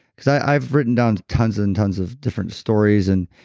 because i've written down tons and tons of different stories and